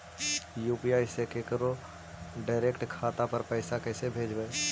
UPI से केकरो direct खाता पर पैसा कैसे भेजबै?